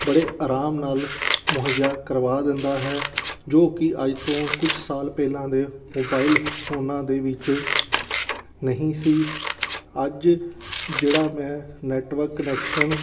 ਬੜੇ ਆਰਾਮ ਨਾਲ ਮੁਹਈਆ ਕਰਵਾ ਦਿੰਦਾ ਹੈ ਜੋ ਕਿ ਅੱਜ ਤੋਂ ਕੁਛ ਸਾਲ ਪਹਿਲਾਂ ਦੇ ਮੋਬਾਈਲ ਫੋਨਾਂ ਦੇ ਵਿੱਚ ਨਹੀਂ ਸੀ ਅੱਜ ਜਿਹੜਾ ਮੈਂ ਨੈਟਵਰਕ ਕਨੈਕਸ਼ਨ